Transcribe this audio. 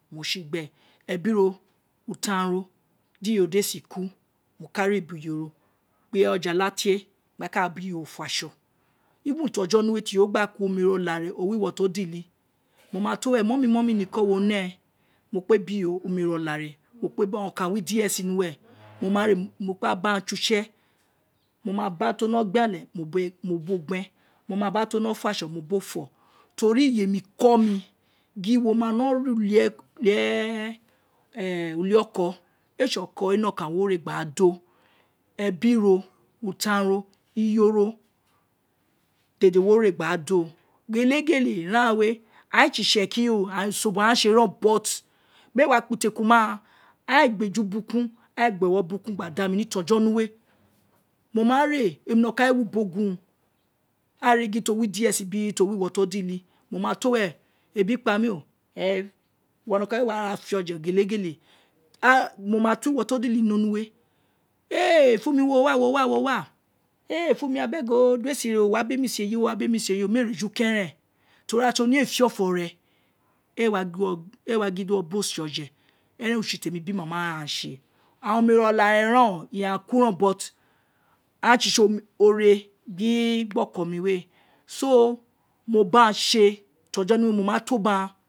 Owun o si gbe ebi ro utan ro, di iyoro ēē si ku ino ka re ubo iyoro kpe ojijala tie gba ka bi iyoro fo aso even to ojo nuwe ti iyoro gba ku, omere olāāre o wi water odili mo ma to uwe mummy mummy niko wo ne wo kpe bi omere okare mo kpe ba okan ti owi dose ni uwe mo wa re mo kpe ba aghan se use mo maba ti o no gba ale mo bo gben mo ma ba to wino fo aso mo bo fo teri iye miko mi gin wo ma ni re ivi-oko ēē se oko we nokan wo re gba do ebi ro utan ro iye ro dede wo re gbāā do gelegele ina ghan we oghan esi itsekiri aghan usobo owuni ghan se but mēē wa kpa itekun kpa ma aghan ā ēē gba eju bukun ā ēē gba ewo bukuru gba da mi ni to ojo nuise mo ma re emi nokan revo ubogun ari gin ti o wi dsc biri ti o wi water odili mo ma to uwe ebi kpa mi o uwo nokan ee warase oje gheleghele mo ma to water odili ni onuwe funmi wowa, wo locy funmidi uwo ēē si re wa be mi se eyi wa be mise eyi mee ju keren tori ira ti oniye ee fe ofo re ee wa di uwo ee wa giri di uwoo bo se oje eren use ti emi bi manha mi ba ghan se, aghan omere olaare ren iyaghan ku ren but, aghan sisi ore gbe oko mi we so, mo ba aghan se ojo nuwe mo mato ba ghan